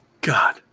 God